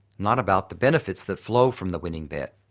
not about the benefits that flow from the winning bet.